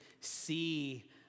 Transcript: see